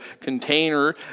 container